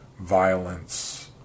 violence